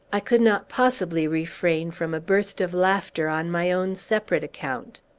i could not possibly refrain from a burst of laughter on my own separate account.